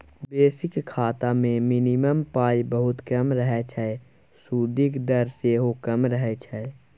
basic खाता मे minimum पाइ बहुत कम रहय छै सुदिक दर सेहो कम रहय छै